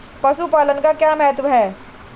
पशुपालन का क्या महत्व है?